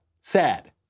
sad